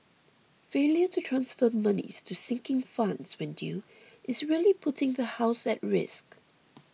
failure to transfer monies to sinking funds when due is really putting the house at risk